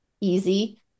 easy